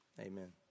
amen